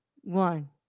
one